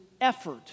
effort